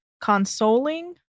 consoling